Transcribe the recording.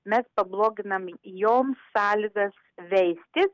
mes pabloginam joms sąlygas veistis